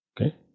okay